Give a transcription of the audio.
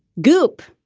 goup,